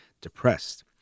depressed